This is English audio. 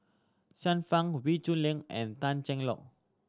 Xiu Fang Wee Shoo Leong and Tan Cheng Lock